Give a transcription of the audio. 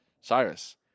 Cyrus